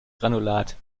granulat